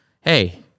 hey